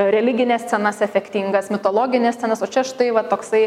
religines scenas efektingas mitologines scenas o čia štai va toksai